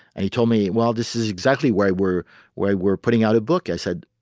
and he told me, well, this is exactly why we're why we're putting out a book. i said,